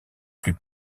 plus